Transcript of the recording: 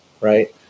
right